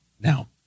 Now